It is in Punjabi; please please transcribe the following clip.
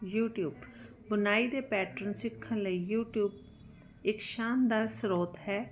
ਯੂਟੀਊਬ ਬੁਨਾਈ ਦੇ ਪੈਟਰਨ ਸਿੱਖਣ ਲਈ ਯੂਟੀਊਬ ਇੱਕ ਸ਼ਾਨਦਾਰ ਸਰੋਤ ਹੈ